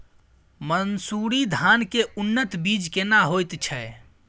मन्सूरी धान के उन्नत बीज केना होयत छै?